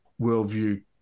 worldview